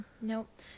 Nope